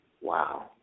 Wow